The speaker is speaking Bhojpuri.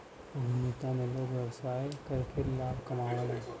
उद्यमिता में लोग व्यवसाय करके लाभ कमावलन